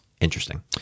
Interesting